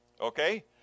Okay